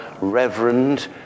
reverend